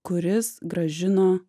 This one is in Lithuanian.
kuris grąžino